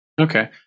Okay